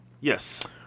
Yes